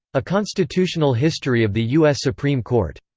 a constitutional history of the u s. supreme court.